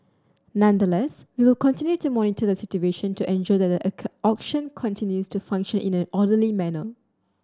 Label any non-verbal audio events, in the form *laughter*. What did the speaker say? nonetheless we will continue to monitor the situation to ensure that the *unintelligible* auction continues to function in an orderly manner